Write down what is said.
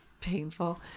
painful